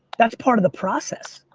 that's part of the process.